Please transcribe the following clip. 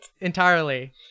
entirely